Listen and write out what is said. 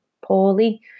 poorly